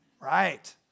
Right